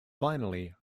finally